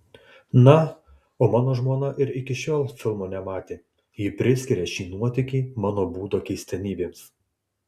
na o mano žmona ir iki šiol filmo nematė ji priskiria šį nuotykį mano būdo keistenybėms